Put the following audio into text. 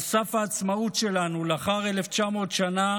על סף העצמאות שלנו לאחר 1,900 שנה